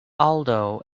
aldo